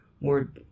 more